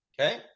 okay